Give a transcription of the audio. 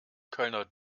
kölner